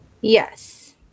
Yes